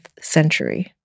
Century